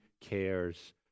cares